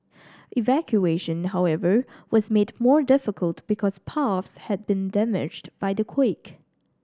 evacuation however was made more difficult because paths had been damaged by the quake